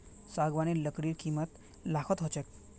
सागवानेर लकड़ीर कीमत लाखत ह छेक